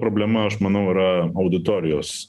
problema aš manau yra auditorijos